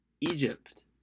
egypt